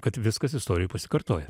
kad viskas istorijoj pasikartoja